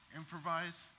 improvise